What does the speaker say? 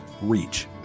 reach